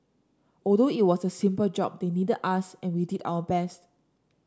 although it was a simple job they needed us and we did our best